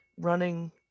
running